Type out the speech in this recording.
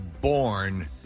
born